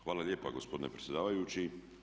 Hvala lijepa gospodine predsjedavajući.